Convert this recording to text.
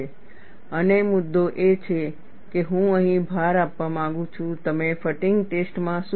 અને મુદ્દો એ છે કે હું અહીં ભાર આપવા માંગુ છું તમે ફટીગ ટેસ્ટ માં શું કરો છો